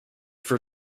for